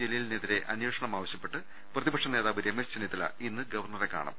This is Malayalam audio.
ജലീലിനെതിരെ അന്വേഷണമാവശ്യപ്പെട്ട് പ്രതിപക്ഷനേതാവ് രമേശ് ചെന്നിത്തല ഇന്ന് ഗവർണറെ കാണും